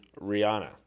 Rihanna